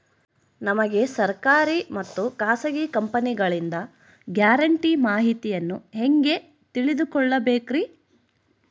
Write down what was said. ನಮಗೆ ಸರ್ಕಾರಿ ಮತ್ತು ಖಾಸಗಿ ಕಂಪನಿಗಳಿಂದ ಗ್ಯಾರಂಟಿ ಮಾಹಿತಿಯನ್ನು ಹೆಂಗೆ ತಿಳಿದುಕೊಳ್ಳಬೇಕ್ರಿ?